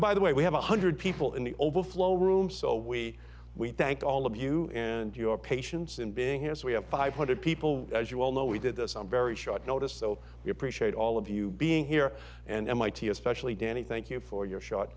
by the way we have one hundred people in the overflow room so we we thank all of you and your patience in being here so we have five hundred people as you well know we did this on very short notice so we appreciate all of you being here and mit especially danny thank you for your sho